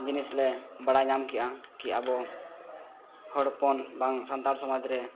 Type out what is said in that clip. ᱡᱤᱱᱤᱥᱞᱮ ᱵᱟᱲᱟᱭ ᱧᱟᱢ ᱠᱮᱫᱼᱟ ᱠᱮᱫ ᱟᱵᱚ ᱦᱚᱲ ᱦᱚᱯᱚᱱ ᱵᱟᱝ ᱥᱟᱱᱛᱟᱲ ᱥᱚᱢᱟᱡᱽᱨᱮ